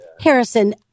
Harrison